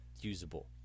usable